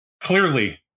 clearly